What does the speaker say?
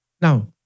Now